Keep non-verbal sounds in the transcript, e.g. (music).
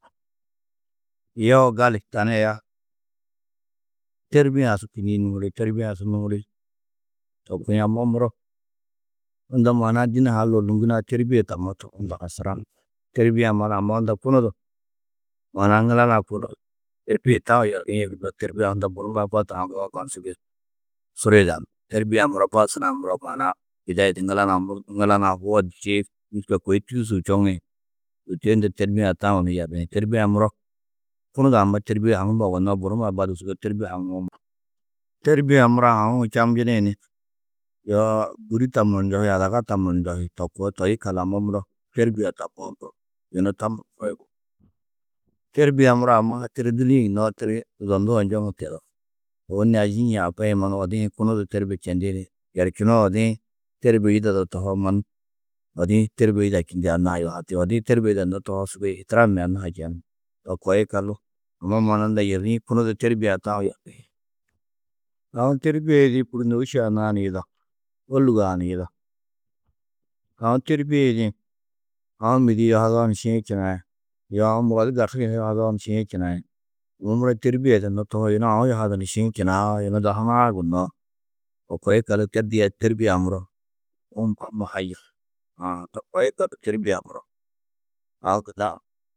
Yoo gali, tani aya têrbie-ã su kînniĩ nûŋuri, têrbie-ã su nûŋuri to kuĩ amma muro, unda maana-ã dîne-ã ha Alla ôluŋgunã têrbie tammo tû unda hasuran, têrbie-ã mana amma unda kunu du maana-ã ŋila nuã kunu du têrbie tau yerîe têrbie-ã unda bunumodi baddu haŋuwo mannu suru yidanú. Têrbie-ã muro bas hunã muro maana-ã bidaidi ŋila nuã mur hoo, dîšee () tûdušu hu čoŋĩ, kôi to hi unda têrbie-ã tau ni yerriĩ. Têrbie-ã muro kunu du amma têrbie-ã haŋumo yugonnoó, bunumodi baddu, sûgoi têrbie haŋuwo man- Têrbie-ã muro aũ hu čabnjini ni yoo bûri tammo ni nohi, adaga tammo ni njohi, to koo toi yikaldu amma muro têrbie tammoó mu yunu tammo. Têrbie-ã muro amma ha tiri dûli-ĩ gunoo, tiri zondu-ã njoŋu teu. Ôwonni ayî-ĩ yê abba-ã yê mannu odi-ĩ hi kunu du têrbie čendi ni yerčunoo odi-ĩ têrbie yidado tohoo mannu odi-ĩ têrbie yida čindi anna-ã yuhati, odi-ĩ têrbie yidannó tohoo sûgoi ihtiram ni anna-ã ha čenú. To koo yikallu amma maana unda yerrîĩ kunu du têrbie-ã tau yerriĩ. Aũ têrbie yidĩ bûri nôuši annaa-ã ni yida, ôlugoo-ã ni yida. Aũ têrbie yidĩ, aũ mêdi yuhadoo ni šiĩ činai, yoo muro di aũ garsu yuhadoo ni šiĩ činai. Yunu muro têrbie yidannó tohoo, yunu aũ yuhadu ni šiĩ činaá, yunu dahu hunã du gunnoo. To koo yikaldu, têrbie, têrbie-ã muro (unintelligible) to koo yikaldu têrbie-ã muro aũ gunna